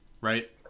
right